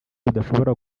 rudashobora